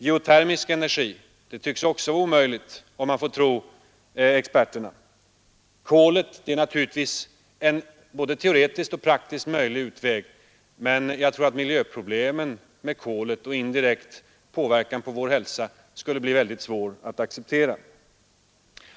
Geotermisk energi? Nej, den tycks också vara omöjlig, om man får tro experterna. Kolet är naturligtvis en både teoretisk och praktisk utväg, men jag tror att miljöproblemen i samband med en kraftigt ökad kolbrytning och indirekt kolets negativa påverkan på vår hälsa skulle bli mycket svåra att acceptera.